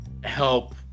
Help